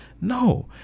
no